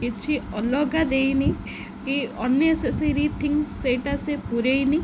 କିଛି ଅଲଗା ଦେଇନି କି ଅନ୍ନେସେସରି ଥିଙ୍ଗସ ସେଇଟା ସେ ପୁରାଇନି